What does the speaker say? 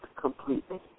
completely